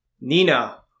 Nina